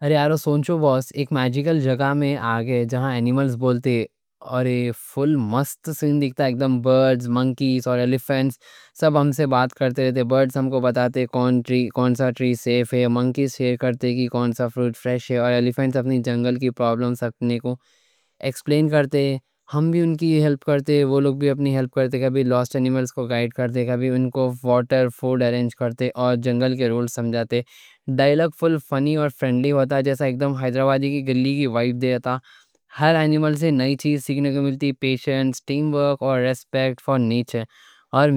ارے یارو سونچو بوس، ایک ماجیکل جگہ میں آگئے جہاں انیملز بولتے. اور ایک فل مست سین دکھتا، ایکدم برڈز، منکیز اور الیفینٹس سب ہم سے بات کرتے رہتے. برڈز ہم کو بتاتے کون سا ٹری سیف ہے، منکیز شیئر کرتے کہ کون سا فروٹ فریش ہے. اور الیفینٹس اپنی جنگل کی پرابلمز ہم کو ایکسپلین کرتے. ہم بھی ان کی ہیلپ کرتے، وہ لوگ بھی اپنی ہیلپ کرتے—کبھی لوسٹ انیملز کو گائیڈ کرتے، کبھی ان کو واٹر فوڈ ارینج کرتے، اور جنگل کے رول سمجھاتے. ڈائیلاگ فل فنی اور فرینڈلی رہتا، جیسا ایکدم حیدرآبادی کی گلی کی وائب دے جاتا. ہر انیملز سے نئی چیز سیکھنے کو ملتی—پیشنس، ٹیم ورک، اور ریسپیکٹ فور نیچر. اور